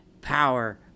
power